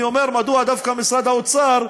אני אומר, מדוע דווקא משרד האוצר,